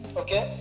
okay